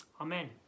Amen